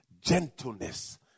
gentleness